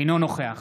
אינו נוכח